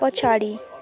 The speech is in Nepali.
पछाडि